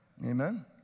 Amen